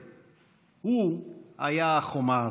אדלשטיין, השופט דוד